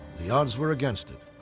the odds were against it.